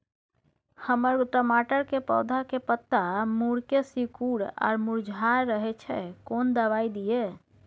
हमर टमाटर के पौधा के पत्ता मुड़के सिकुर आर मुरझाय रहै छै, कोन दबाय दिये?